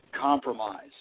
compromise